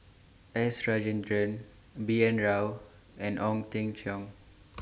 S Rajendran B N Rao and Ong Teng Cheong